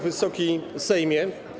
Wysoki Sejmie!